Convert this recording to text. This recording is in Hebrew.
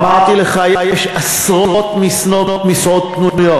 אמרתי לך, יש עשרות משרות פנויות.